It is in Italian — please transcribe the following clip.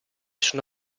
sono